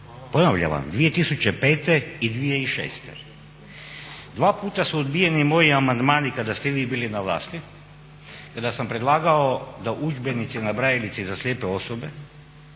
ponavljam vam 2005.i 2006.dva puta su odbijeni moji amandmani kada ste vi bili na vlasti kada sam predlagao da udžbenici na brajici za slijepe osobe